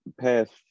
past